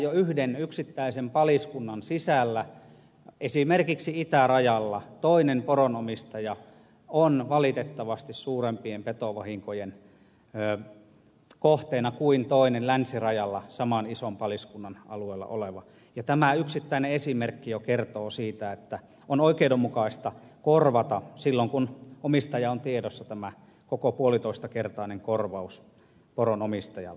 jo yhden yksittäisen paliskunnan sisällä esimerkiksi itärajalla toinen poronomistaja on nimittäin valitettavasti suurempien petovahinkojen kohteena kuin toinen länsirajalla saman ison paliskunnan alueella oleva ja tämä yksittäinen esimerkki jo kertoo siitä että on oikeudenmukaista korvata silloin kun omistaja on tiedossa tämä koko puolitoistakertainen korvaus poronomistajalle